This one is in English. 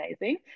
amazing